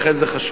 לכן זה חשוב.